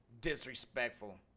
Disrespectful